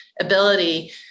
ability